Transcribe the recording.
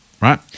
right